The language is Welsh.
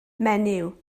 menyw